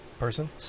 Person